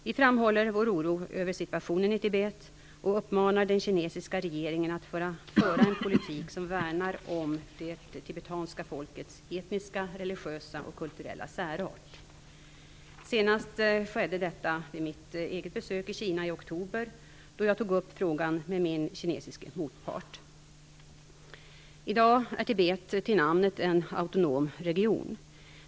Vi framhåller vår oro över situationen i Tibet och uppmanar den kinesiska regeringen att föra en politik som värnar om det tibetanska folkets etniska, religiösa och kulturella särart. Senast skedde detta vid mitt eget besök i Kina i oktober, då jag tog upp frågan med min kinesiske motpart. I dag är Tibet till namnet en autonom region.